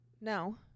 no